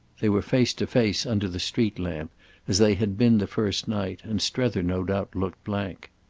they were face to face under the street-lamp as they had been the first night, and strether, no doubt, looked blank.